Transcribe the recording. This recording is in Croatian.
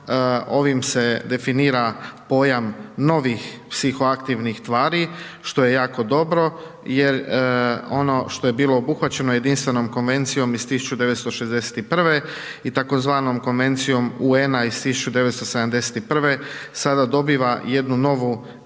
ovim se definira pojam novih psihoaktivnih tvari što je jako dobro, jer ono što je bilo obuhvaćeno jedinstvenom Konvencijom iz 1961. i tzv. Konvencijom UN-a iz 1971. sada dobiva jednu novu